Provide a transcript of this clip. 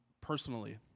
personally